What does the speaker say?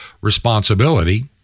responsibility